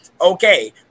okay